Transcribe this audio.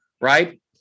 Right